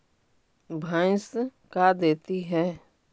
भैंस का देती है?